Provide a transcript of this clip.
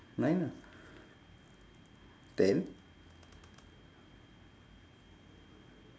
nine ah ten